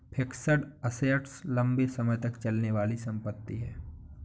fixed assets लंबे समय तक चलने वाली संपत्ति है